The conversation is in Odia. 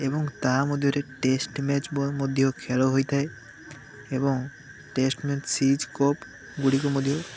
ଏବଂ ତା ମଧ୍ୟରେ ଟେଷ୍ଟ ମ୍ୟାଚ ମଧ୍ୟ ଖେଳ ହୋଇଥାଏ ଏବଂ ଟେଷ୍ଟ ମ୍ୟାଚ ସିରିଜ କପ ଗୁଡ଼ିକ ମଧ୍ୟ